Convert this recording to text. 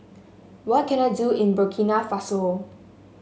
what can I do in Burkina Faso